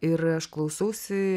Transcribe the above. ir aš klausausi